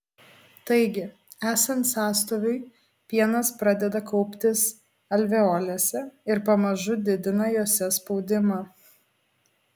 taigi esant sąstoviui pienas pradeda kauptis alveolėse ir pamažu didina jose spaudimą